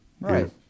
Right